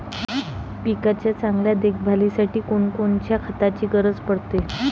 पिकाच्या चांगल्या देखभालीसाठी कोनकोनच्या खताची गरज पडते?